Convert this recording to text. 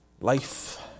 life